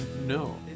No